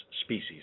species